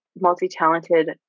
multi-talented